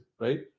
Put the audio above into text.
right